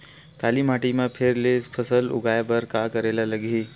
काली माटी म फेर ले फसल उगाए बर का करेला लगही?